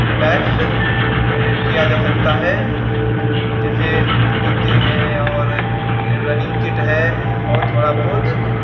relax किया जा सकता है जैसे जूते हैं और रनिंग किट है और थोड़ा बहुत